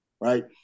right